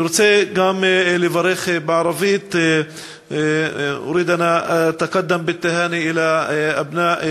גם אני רוצה לברך בערבית: (אומר דברים בשפה הערבית,